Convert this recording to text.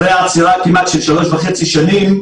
אני מניח שאחרי העצירה כמעט של שלוש וחצי שנים,